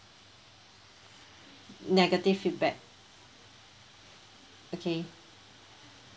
negative feedback okay